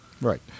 Right